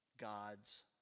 God's